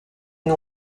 une